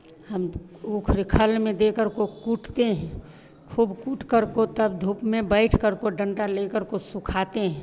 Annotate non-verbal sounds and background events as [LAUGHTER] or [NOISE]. हम [UNINTELLIGIBLE] खल में देकर को कूटते हैं खूब कूट करको तब धूप में बैठ करको डण्डा लेकर को सुखाते हैं